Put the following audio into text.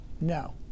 No